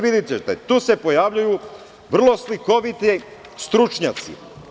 Videćete, tu se pojavljuju vrlo slikoviti stručnjaci.